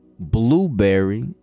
blueberry